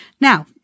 Now